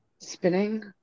spinning